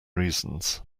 reasons